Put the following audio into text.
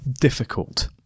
difficult